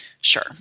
sure